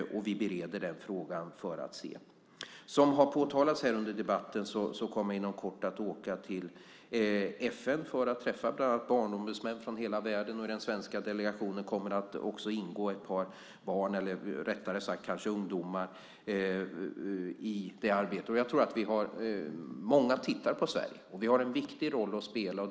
Vi bereder den frågan för att se. Som har påtalats under debatten kommer vi inom kort att åka till FN för att träffa bland annat barnombudsmän från hela världen. I den svenska delegationen kommer också att ingå ungdomar. Många tittar på Sverige. Vi har en viktig roll att spela.